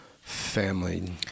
family